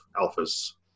Alpha's